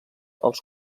els